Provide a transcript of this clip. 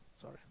Sorry